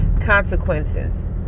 consequences